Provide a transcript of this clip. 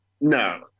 No